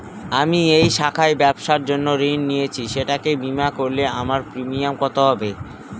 আমি এই শাখায় ব্যবসার জন্য ঋণ নিয়েছি সেটাকে বিমা করলে আমার প্রিমিয়াম কত হবে?